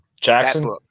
Jackson